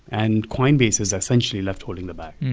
and coinbase is essentially left holding the bag.